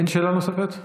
אין שאלה נוספת?